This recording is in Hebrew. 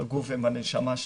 בגוף ובנשמה שלו.